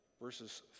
verses